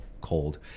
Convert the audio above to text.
cold